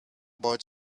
but